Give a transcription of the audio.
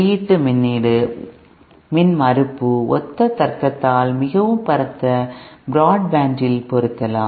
வெளியீட்டு மின்மறுப்பு ஒத்த தர்க்கத்தால் மிகவும் பரந்த பிராட்பேண்ட் இல் பொருந்தலாம்